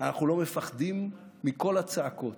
אנחנו לא מפחדים מכל הצעקות.